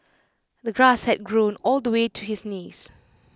the grass had grown all the way to his knees